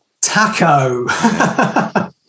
Taco